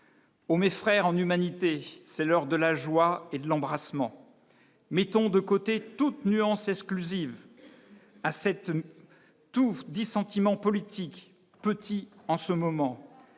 oh mes frères en humanité, c'est l'heure de la joie et de l'embrassement mettons de côté toute nuance exclusive à cette tout dissentiment politique petit en ce moment